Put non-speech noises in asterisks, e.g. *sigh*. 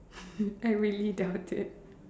*laughs* I really doubt it